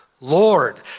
Lord